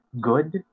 good